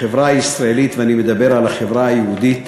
החברה הישראלית, ואני מדבר על החברה היהודית,